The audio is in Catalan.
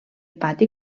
pati